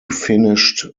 finished